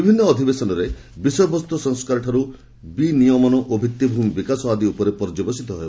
ବିଭିନ୍ନ ଅଧିବେଶନରେ ବିଷୟବସ୍ତୁ ସଂସ୍କାରଠାରୁ ବିନିୟମନ ଓ ଭିଭିମି ବିକାଶ ଆଦି ଉପରେ ପର୍ଯ୍ୟବସିତ ହେବ